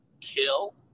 kill